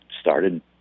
started